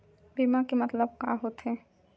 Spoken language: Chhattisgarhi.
बीमा के मतलब का होथे?